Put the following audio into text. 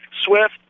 Swift